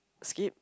skip